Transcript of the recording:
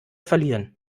verlieren